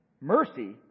Mercy